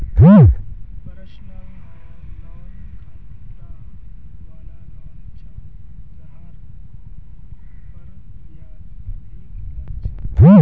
personal loan खतरा वला loan छ जहार पर ब्याज अधिक लग छेक